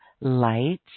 light